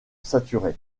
saturé